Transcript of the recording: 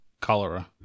cholera